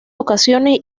ocasiones